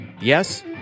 yes